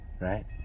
right